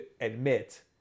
admit